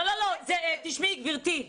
גברתי,